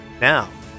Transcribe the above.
Now